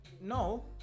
No